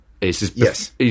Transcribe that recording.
Yes